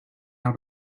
out